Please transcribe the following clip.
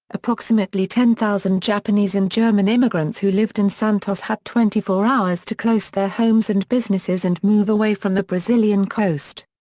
approximately ten thousand japanese and german immigrants who lived in santos had twenty four hours to close their homes and businesses and move away from the brazilian coast.